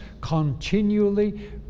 continually